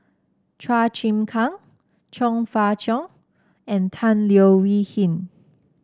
Chua Chim Kang Chong Fah Cheong and Tan Leo Wee Hin